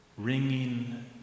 ringing